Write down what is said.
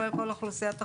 כולל כל אוכלוסיית החוץ.